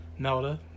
Melda